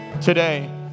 today